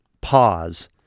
pause